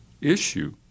issue